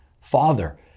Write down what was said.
Father